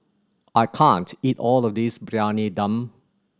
I can't eat all of this Briyani Dum